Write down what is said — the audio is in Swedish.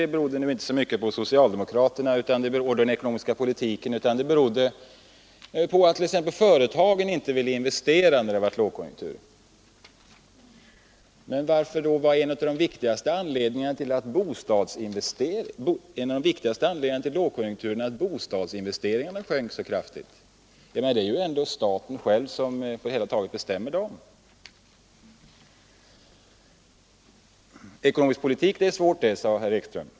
De berodde nu inte så mycket på socialdemokraterna och den ekonomiska politiken, utan de var orsakade av att företag inte ville investera vid lågkonjunktur. Varför är då en av de viktigaste anledningarna till lågkonjunkturen att bostadsinvesteringarna sjönk så kraftigt? Det är ändå staten som bestämmer dem. Ekonomisk politik, det är svårt det, sade herr Ekström.